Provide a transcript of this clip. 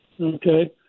Okay